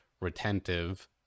retentive